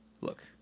look